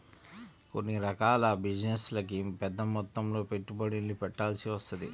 కొన్ని రకాల బిజినెస్లకి పెద్దమొత్తంలో పెట్టుబడుల్ని పెట్టాల్సి వత్తది